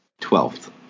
Twelfth